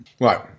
Right